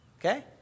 Okay